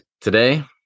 Today